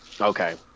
Okay